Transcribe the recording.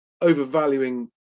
overvaluing